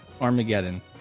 Armageddon